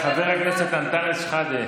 חבר הכנסת אנטאנס שחאדה,